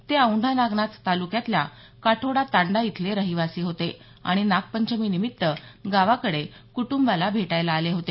ते औैंढा नागनाथ तालुक्यातल्या काठोडा तांडा इथले रहिवासी होते आणि नागपंचमी निमित्त गावाकडे कुटंबाला भेटायला आले होते